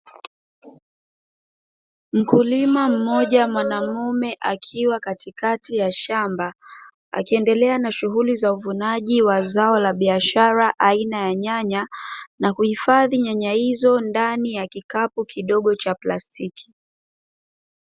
Mkulima mmja mwanaume akiwa katikati ya shamba akiendelea kulima zao lake la biashara, aina ya pamba akihifadhi mbegu izo kwa kikapu cha aina ya plastiki.